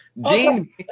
Gene